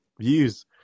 views